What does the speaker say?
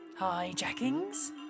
Hijackings